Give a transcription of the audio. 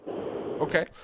Okay